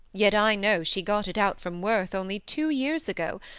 yet i know she got it out from worth only two years ago,